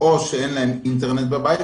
או שאין להם אינטרנט בבית,